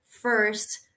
first